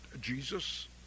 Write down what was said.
Jesus